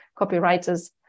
copywriters